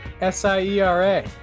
S-I-E-R-A